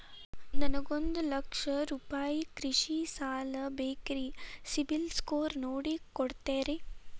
ನನಗೊಂದ ಲಕ್ಷ ರೂಪಾಯಿ ಕೃಷಿ ಸಾಲ ಬೇಕ್ರಿ ಸಿಬಿಲ್ ಸ್ಕೋರ್ ನೋಡಿ ಕೊಡ್ತೇರಿ?